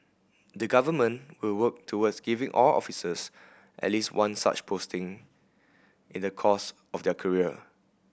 the Government will work towards giving all officers at least one such posting in the course of their career